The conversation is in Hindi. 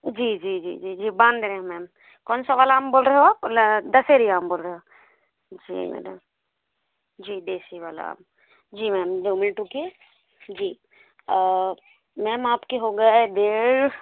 जी जी जी जी जी बाँध रहें मैम कौन सा वाला आम बोल रहे हो आप दशहरी आम बोल रहे हो जी मैडम जी देसी वाला आम जी मैम दो मिनट रुकिए जी मैम आपके हो गए डेढ़